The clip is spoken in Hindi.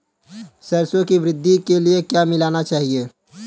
सरसों की वृद्धि के लिए क्या मिलाना चाहिए?